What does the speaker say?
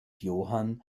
johann